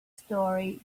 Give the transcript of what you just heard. story